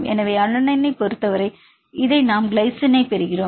எனவே அலனைனைப் பொறுத்தவரை இதை நாம் கிளைசின் பெறுகிறோம்